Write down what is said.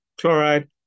chloride